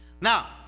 Now